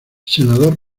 senador